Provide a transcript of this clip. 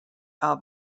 are